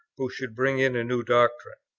who should bring in a new doctrine?